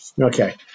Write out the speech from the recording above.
Okay